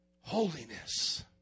holiness